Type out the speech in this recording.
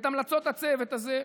את המלצות הצוות הזה.